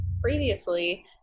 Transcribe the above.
previously